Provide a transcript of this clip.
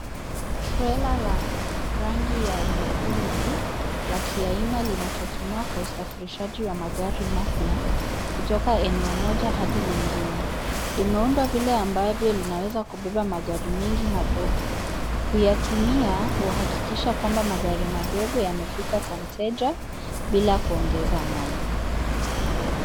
Trela la rangi ya nyekundu la kiaina linalotumiwa kwa usafirishaji wa magari mapya kutoka eneo moja hadi lingine. Limeundwa vile ambavyo linaweza kubeba magari mengi madogo. Kuyatumia, uhakikisha kwamba magari madogo yamefika kwa mteja, bila kuongeza mali.